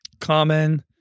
Common